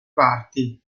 parti